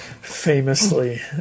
famously